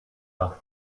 nach